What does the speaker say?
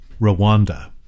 Rwanda